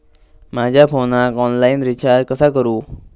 माझ्या फोनाक online recharge कसा करू?